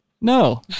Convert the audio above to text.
No